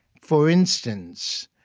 for instance,